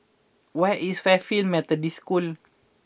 where is Fairfield Methodist School